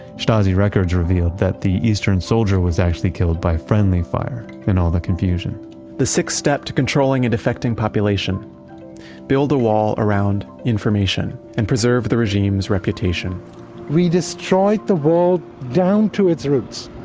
stasi records revealed that the eastern soldier was actually killed by friendly fire in all the confusion the sixth step to controlling a defecting population build a wall around information and preserve the regime's reputation we destroyed the wall down to its roots.